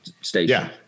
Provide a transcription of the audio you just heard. station